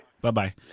Bye-bye